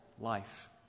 life